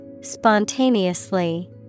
Spontaneously